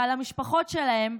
ועל המשפחות שלהם,